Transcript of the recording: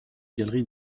galeries